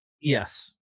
yes